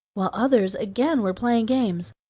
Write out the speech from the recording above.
while others, again, were playing games.